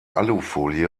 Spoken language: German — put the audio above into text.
alufolie